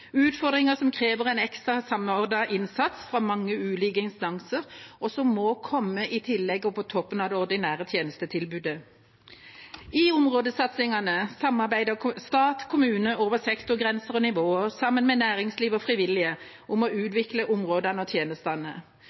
krever en ekstra, samordnet innsats fra mange ulike instanser, og som må komme i tillegg til og på toppen av det ordinære tjenestetilbudet. I områdesatsingene samarbeider stat og kommune over sektorgrenser og nivåer, sammen med næringslivet og frivillige, om å utvikle områdene og tjenestene,